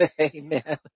Amen